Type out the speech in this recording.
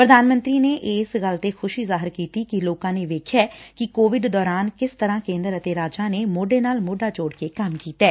ਪ੍ਰਧਾਨ ਮੰਤਰੀ ਨੇ ਇਸ ਗੱਲ ਤੇ ਖੁਸ਼ੀ ਜ਼ਾਹਿਰ ਕੀਤੀ ਕਿ ਲੋਕਾਂ ਨੇ ਵੇਖਿਐ ਕਿ ਕੋਵਿਡ ਦੌਰਾਨ ਕਿਸ ਤਰ਼ਾਂ ਕੇਂਦਰ ਅਤੇ ਰਾਜਾਂ ਨੇ ਸੋਢੇ ਨਾਲ ਸੋਢਾ ਜੋੜਕੇ ਕੰਮ ਕੀਤੈ